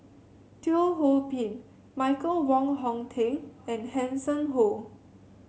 Teo Ho Pin Michael Wong Hong Teng and Hanson Ho